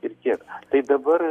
ir kiek tai dabar